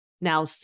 Now